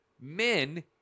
men